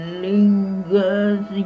lingers